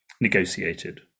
negotiated